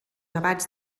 abats